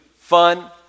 fun